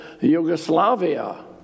Yugoslavia